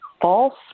false